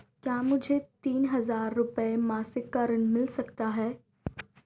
क्या मुझे तीन हज़ार रूपये मासिक का ऋण मिल सकता है?